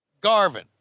Garvin